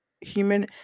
human